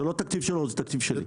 זה לא תקציב שלו, זה תקציב שלי.